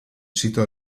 sito